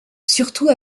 surtout